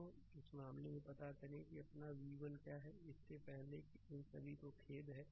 तो इस मामले में पता करें कि अपना v1 क्या है इससे पहले कि इन सभी को खेद है